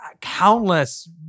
countless